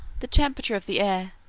the temperature of the air,